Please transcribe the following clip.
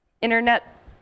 internet